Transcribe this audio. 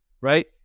right